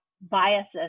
biases